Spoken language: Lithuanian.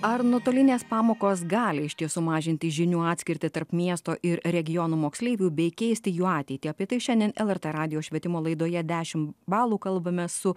ar nuotolinės pamokos gali išties sumažinti žinių atskirtį tarp miesto ir regionų moksleivių bei keisti jų ateitį apie tai šiandien lrt radijo švietimo laidoje dešimt balų kalbamės su